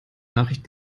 nachricht